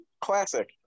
classic